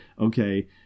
okay